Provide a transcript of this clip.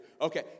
Okay